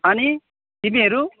अनि तिमीहरू